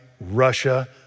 Russia